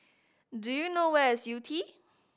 do you know where is Yew Tee